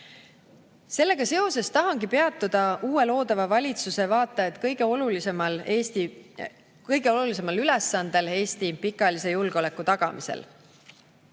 teine. Sellega seoses tahangi peatuda uue, loodava valitsuse vaata et kõige olulisemal ülesandel Eesti pikaajalise julgeoleku tagamisel.